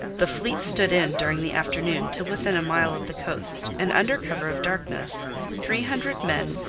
the fleet stood in during the afternoon to within a mile of the coast, and under cover of darkness three hundred men,